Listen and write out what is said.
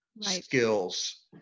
skills